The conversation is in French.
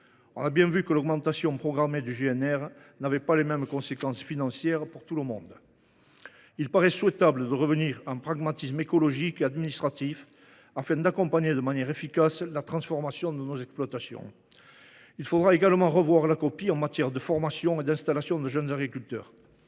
On a bien vu que l’augmentation programmée du GNR n’avait pas les mêmes conséquences financières pour tout le monde ! Il semble souhaitable de revenir à un pragmatisme écologique et administratif, afin d’accompagner de manière efficace la transformation de nos exploitations. Il faudra également revoir la copie en matière de formation et d’installation de jeunes agriculteurs.